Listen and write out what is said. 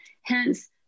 Hence